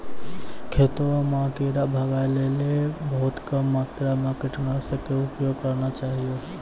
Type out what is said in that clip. खेतों म कीड़ा भगाय लेली बहुत कम मात्रा मॅ कीटनाशक के उपयोग करना चाहियो